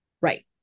right